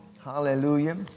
Hallelujah